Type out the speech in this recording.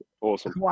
Awesome